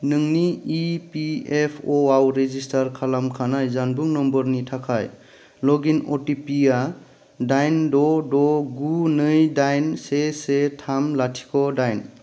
नोंनि E P F O registrar खालामखानाय जानबुं नम्बरनि थाखाय log in O T P आ दाइन द' द' गु नै दाइन से से थाम लाथिख' दाइन